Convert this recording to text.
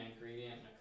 ingredient